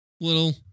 little